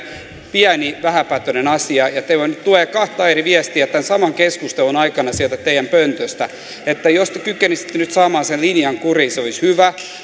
pieni vähäpätöinen asia ja teiltä tulee kahta eri viestiä tämän saman keskustelun aikana sieltä teidän pöntöstänne että jos te kykenisitte nyt saamaan sen linjan kuriin se olisi hyvä